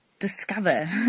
discover